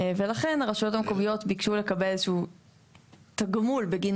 ולכן הרשויות המקומיות ביקשו לקבל איזה שהוא תגמול בגין